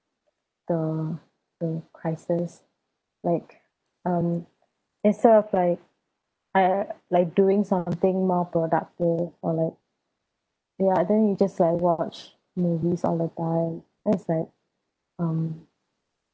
the the crisis like um instead of like uh like doing something more productive or like ya then you just like watch movies all the time then it's like um